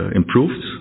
improved